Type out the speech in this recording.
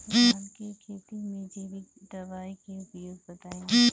धान के खेती में जैविक दवाई के उपयोग बताइए?